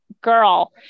girl